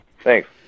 Thanks